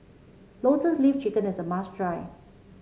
Lotus Leaf Chicken is a must try